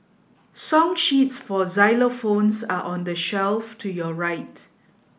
song sheets for xylophones are on the shelf to your right